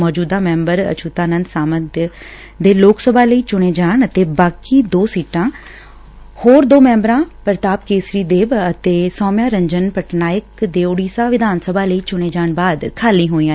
ਮੌਜੁਦਾ ਮੈਂਬਰ ਅਛੁਤਾਨੰਦ ਸਾਂਮਤ ਦੇ ਲੋਕ ਸਭਾ ਲਈ ਚੁਣੇ ਜਾਣ ਅਤੇ ਬਾਕੀ ਦੋ ਸੀਟਾਂ ਹੋਰ ਦੋ ਮੈਂਬਰਾਂ ਪ੍ਰਤਾਪ ਕੇਸਰੀ ਦੇਬ ਅਤੇ ਸੋਮਆ ਰੰਜਨ ਪਟਨਾਇਕ ਦੇ ਓਡੀਸ਼ਾ ਵਿਧਾਨ ਸਭਾ ਲਈ ਚੁਣੇ ਜਾਣ ਬਾਅਦ ਖਾਲੀ ਹੋਈਆਂ